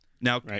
Now